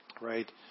right